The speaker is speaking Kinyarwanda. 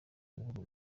bihugu